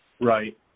Right